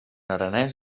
aranès